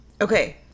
Okay